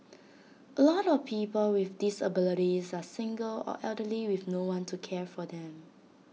A lot of people with disabilities are single or elderly with no one to care for them